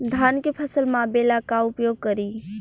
धान के फ़सल मापे ला का उपयोग करी?